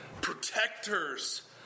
protectors